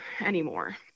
anymore